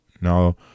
now